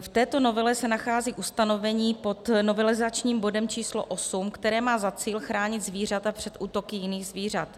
V této novele se nachází ustanovení pod novelizačním bodem číslo 8, které má za cíl chránit zvířata před útoky jiných zvířat.